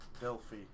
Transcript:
Delphi